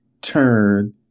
turn